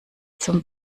zum